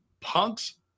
Punk's